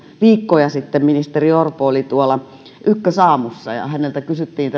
viikkoja sitten ministeri orpo oli ykkösaamussa ja häneltä kysyttiin